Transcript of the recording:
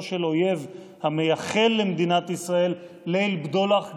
של אויב המייחל למדינת ישראל ליל בדולח גרעיני.